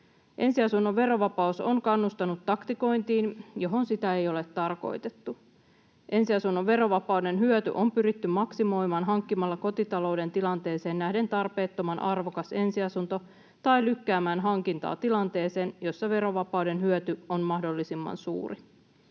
Ensiasunnon verovapaus on kannustanut taktikointiin, johon sitä ei ole tarkoitettu. Ensiasunnon verovapauden hyöty on pyritty maksimoimaan hankkimalla kotitalouden tilanteeseen nähden tarpeettoman arvokas ensiasunto tai lykkäämällä hankintaa tilanteeseen, jossa verovapauden hyöty on mahdollisimman suuri.